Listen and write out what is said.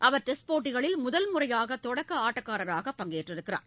அவர் test போட்டிகளில் முதல் முறையாக தொடக்க ஆட்டக்காரராக பங்கேற்றுள்ளார்